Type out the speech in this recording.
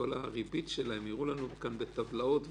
שכל הריבית שלהם הם הראו לנו כאן בטבלאות וכו'